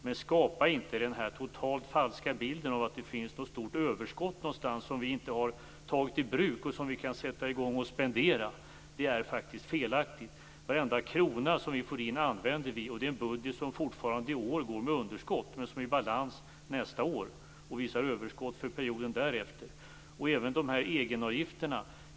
Men skapa inte den här totalt falska bilden av att det finns ett stort överskott någonstans som vi inte har tagit i bruk och som vi kan sätta i gång att spendera! Det är faktiskt felaktigt. Varenda krona som vi får in använder vi. Vi har en budget som fortfarande i år går med underskott, men den är i balans nästa år och visar överskott för perioden därefter. Michael Stjernström tar även upp det här med egenavgifterna.